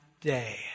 day